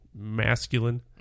masculine